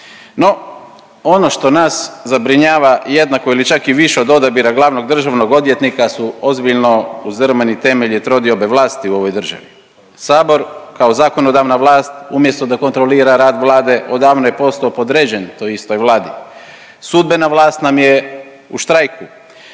No, ono što nas zabrinjava jednako ili čak i više od odabira glavnog državnog odvjetnika su ozbiljno uzdrmani temelji trodiobe vlasti u ovoj državi. Sabor kao zakonodavna vlast umjesto da kontrolira rad Vlade odavno je postao podređen toj istoj Vladi. Sudbena vlast nam je u štrajku,